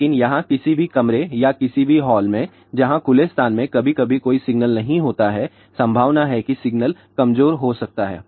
लेकिन यहां किसी भी कमरे या किसी भी हॉल में जहां खुले स्थान में कभी कभी कोई सिग्नल नहीं होता है संभावना है कि सिग्नल कमजोर हो सकता है